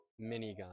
minigun